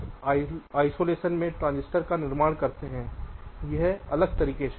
बस आइसोलेशन में ट्रांजिस्टर का निर्माण करते है एक अलग तरीके से